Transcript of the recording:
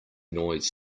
noise